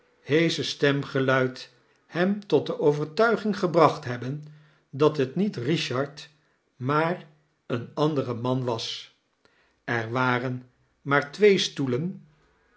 heesche stemgeluid hem tot de overtuiging gebracht hebben dat het niet richard maar een andere man was er waren maar twee stoelen